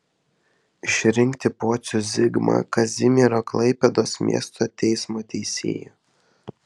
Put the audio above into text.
išrinkti pocių zigmą kazimiero klaipėdos miesto teismo teisėju